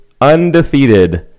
Undefeated